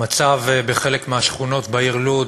המצב בחלק מהשכונות בעיר לוד,